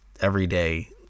everyday